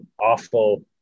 awful